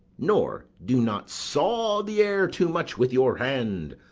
nor do not saw the air too much with your hand,